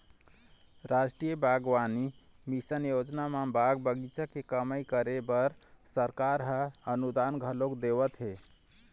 रास्टीय बागबानी मिसन योजना म बाग बगीचा के कमई करे बर सरकार ह अनुदान घलोक देवत हे